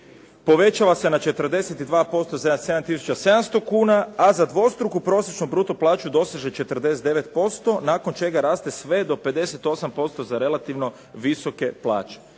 povećava se na 42% za 7700 kuna, a za dvostruku prosječnu bruto plaću doseže 49% nakon čeka raste sve do 58% za relativno visoke plaće.